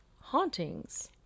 hauntings